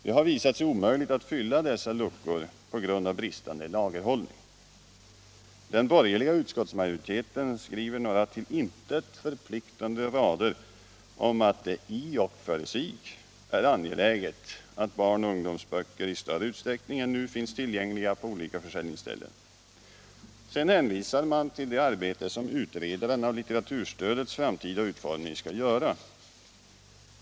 Det har visat sig omöjligt att fylla dessa luckor på grund av bristande lagerhållning. Den borgerliga utskottsmajoriteten skriver några till intet förpliktande rader om att det i och för sig är angeläget att barnoch ungdomsböcker i större utsträckning än nu finns tillgängliga på olika försäljningsställen. Sedan hänvisar man till det arbete som utredaren av litteraturstödets framtida utformning skall göra.